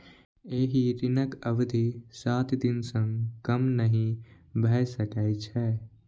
एहि ऋणक अवधि सात दिन सं कम नहि भए सकै छै